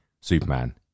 Superman